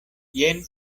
jen